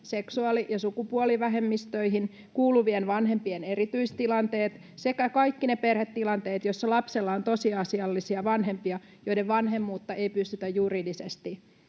seksuaali- ja sukupuolivähemmistöihin kuuluvien vanhempien erityistilanteet sekä kaikki ne perhetilanteet, joissa lapsella on tosiasiallisia vanhempia, joiden vanhemmuutta ei pystytä juridisesti